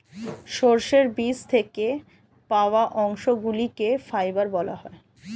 সর্ষের বীজ থেকে পাওয়া অংশগুলিকে ফাইবার বলা হয়